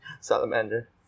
salamander